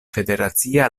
federacia